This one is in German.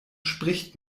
spricht